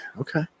Okay